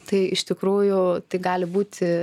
tai iš tikrųjų tai gali būti